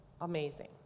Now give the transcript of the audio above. amazing